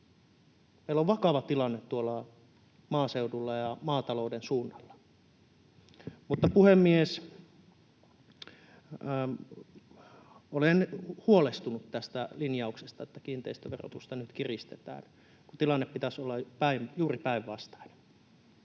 Meillä on vakava tilanne tuolla maaseudulla ja maatalouden suunnalla. Puhemies! Olen huolestunut tästä linjauksesta, että kiinteistöverotusta nyt kiristetään, kun tilanteen pitäisi olla juuri päinvastainen.